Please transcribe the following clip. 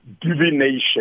divination